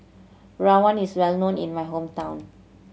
rawon is well known in my hometown